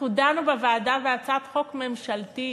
אנחנו דנו בוועדה בהצעת חוק ממשלתית.